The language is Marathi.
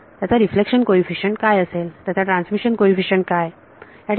त्याचा रिफ्लेक्शन कोईफिशंट काय असेल त्याचा ट्रांसमिशन कोईफिशंट काय